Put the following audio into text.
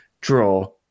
draw